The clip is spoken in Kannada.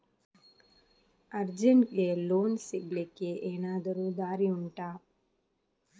ಅರ್ಜೆಂಟ್ಗೆ ಲೋನ್ ಸಿಗ್ಲಿಕ್ಕೆ ಎನಾದರೂ ದಾರಿ ಉಂಟಾ